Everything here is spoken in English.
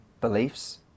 beliefs